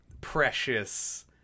precious